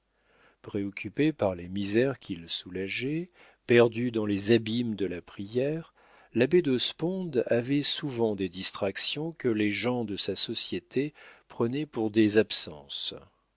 préoccupé par les misères qu'il soulageait perdu dans les abîmes de la prière l'abbé de sponde avait souvent des distractions que les gens de sa société prenaient pour des absences